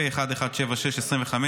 פ/1176/25,